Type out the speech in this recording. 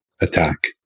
attack